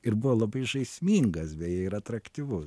ir buvo labai žaismingas beje ir atraktyvus